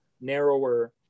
narrower